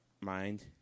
mind